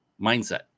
mindset